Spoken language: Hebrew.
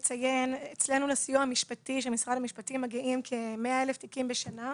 אצלנו בסיוע המשפטי של משרד המשפטים מגיעים כ-100,000 תיקים בשנה.